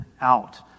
out